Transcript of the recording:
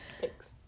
Thanks